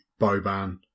Boban